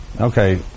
Okay